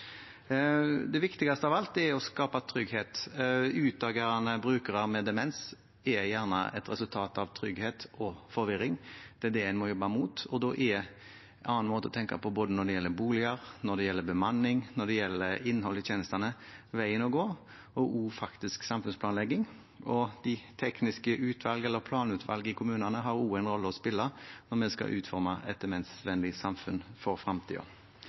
Det viktigste av alt er å skape trygghet. Utagerende brukere med demens er gjerne et resultat av utrygghet og forvirring. Det er det en må jobbe mot, og da er en annen måte å tenke på, både når det gjelder boliger, bemanning og innhold i tjenestene, veien å gå. Det samme er faktisk samfunnsplanlegging, og de tekniske utvalg eller planutvalg i kommunene har også en rolle å spille når vi skal utforme et demensvennlig samfunn for